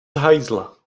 hajzla